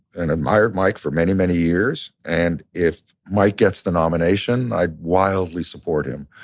and admired mike for many, many years. and if mike gets the nomination, i'd wildly support him.